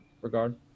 regard